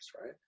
right